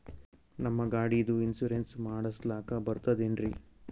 ನಮ್ಮ ಗಾಡಿದು ಇನ್ಸೂರೆನ್ಸ್ ಮಾಡಸ್ಲಾಕ ಬರ್ತದೇನ್ರಿ?